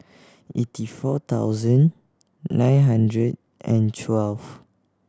eighty four thousand nine hundred and twelve